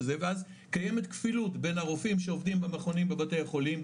ואז קיימת כפילות בין הרופאים שעובדים במכונים בבתי החולים,